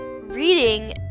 Reading